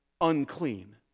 unclean